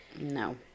No